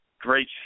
great